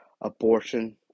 abortion